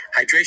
Hydration